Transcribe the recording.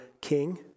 king